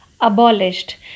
Abolished